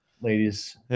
ladies